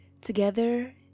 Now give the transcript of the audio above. Together